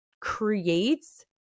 creates